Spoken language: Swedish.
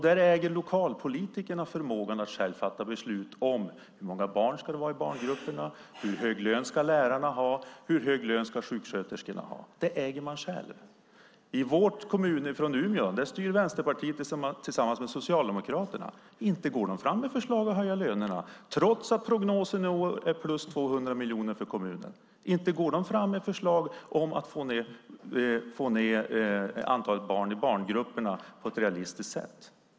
Där äger lokalpolitikerna förmågan att själva fatta beslut om hur många barn det ska vara i barngrupperna, hur hög lön lärarna ska ha och hur hög lön sjuksköterskorna ska ha. I vår kommun i Umeå styr Vänsterpartiet tillsammans med Socialdemokraterna, och inte lägger de fram förslag om att höja lönerna trots att prognosen är plus 200 miljoner för kommunen. De lägger inte fram förslag om att sänka antalet barn i barngrupperna på ett realistiskt sätt.